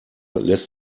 lässt